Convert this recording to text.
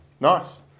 Nice